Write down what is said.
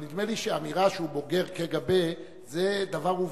אבל נדמה לי שהאמירה שהוא בוגר קג"ב זה דבר עובדתי,